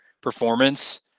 performance